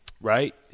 Right